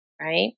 Right